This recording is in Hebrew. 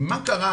מה קרה,